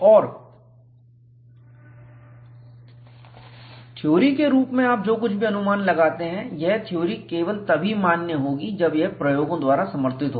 और थ्योरी के रूप में आप जो कुछ भी अनुमान लगाते हैं यह थ्योरी केवल तभी मान्य होगी जब यह प्रयोगों द्वारा समर्थित हो